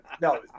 no